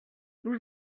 nous